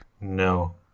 no